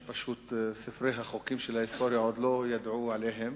שפשוט ספרי החוקים של ההיסטוריה עוד לא ידעו עליהן